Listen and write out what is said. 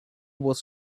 was